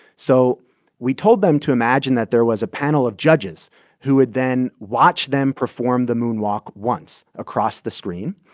so we told them to imagine that there was a panel of judges who would then watch them perform the moonwalk once across the screen,